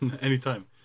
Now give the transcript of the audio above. Anytime